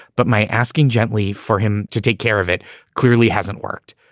but my asking gently for him to take care of it clearly hasn't worked.